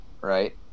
right